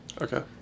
Okay